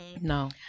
No